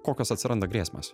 kokios atsiranda grėsmės